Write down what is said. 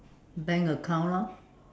bank account lor